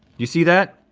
you see that?